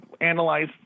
analyze